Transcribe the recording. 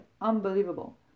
Unbelievable